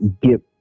get